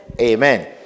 Amen